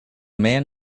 man